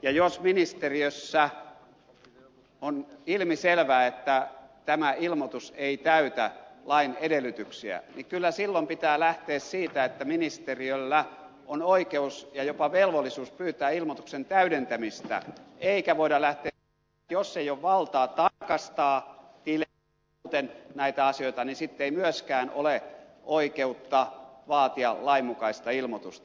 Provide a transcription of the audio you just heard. ja jos ministeriössä on ilmiselvää että tämä ilmoitus ei täytä lain edellytyksiä niin kyllä silloin pitää lähteä siitä että ministeriöllä on oikeus ja jopa velvollisuus pyytää ilmoituksen täydentämistä eikä voida lähteä siitä että jos ei ole valtaa tarkastaa tilejä ja muuten näitä asioita niin sitten ei myöskään ole oikeutta vaatia lainmukaista ilmoitusta